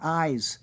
eyes